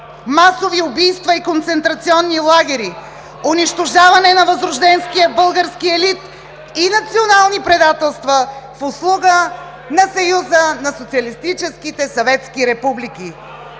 масови убийства и концентрационни лагери, унищожаване на възрожденския български елит и национални предателства в услуга на Съюза на социалистическите съветски републики.